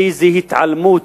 איזו התעלמות,